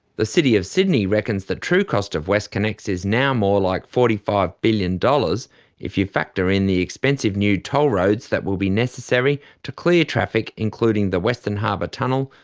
the city of sydney reckons the true cost of westconnex is now more like forty five billion dollars if you factor in the expensive new toll roads that will be necessary to clear traffic, including the western harbour tunnel,